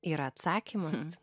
yra atsakymas